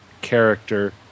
character